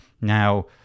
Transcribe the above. Now